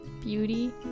beauty